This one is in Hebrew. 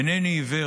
אינני עיוור,